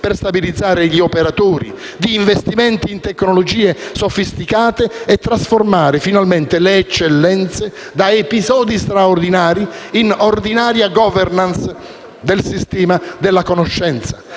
per stabilizzare gli operatori, di investimenti in tecnologie sofisticate e di trasformare finalmente le eccellenze da episodi straordinari in ordinaria *governance* del sistema della conoscenza,